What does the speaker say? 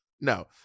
No